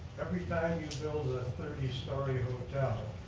every time you build a thirty story hotel,